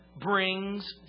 brings